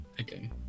Okay